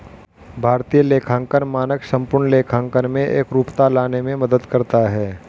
भारतीय लेखांकन मानक संपूर्ण लेखांकन में एकरूपता लाने में मदद करता है